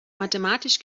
mathematisch